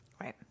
Right